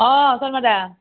অঁ স্বৰ্ণ দা